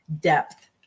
depth